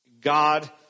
God